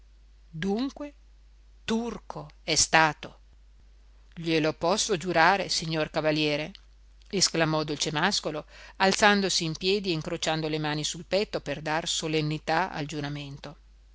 dunque turco è stato glielo posso giurare signor cavaliere esclamò dolcemàscolo alzandosi in piedi e incrociando le mani sul petto per dar solennità